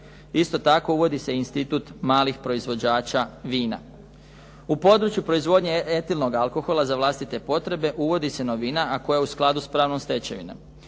Isto tako, uvodi se institut malih proizvođača vina. U području proizvodnje etilnog alkohola za vlastite potrebe uvodi se novina, a koja je u skladu s pravnom stečevinom.